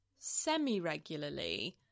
semi-regularly